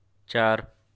چار